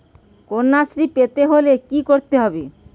কন্যাশ্রী পেতে হলে কি করতে হবে?